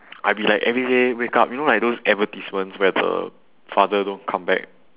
I be like everyday wake up you know like those advertisements where the father don't come back